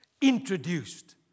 introduced